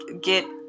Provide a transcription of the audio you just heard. get